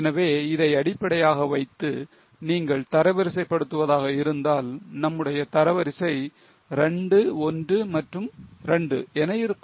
எனவே இதை அடிப்படையாக வைத்து நீங்கள் தரவரிசை படுத்துவதாக இருந்தால் நம்முடைய தரவரிசை 2 1 மற்றும் 2 என இருக்கும்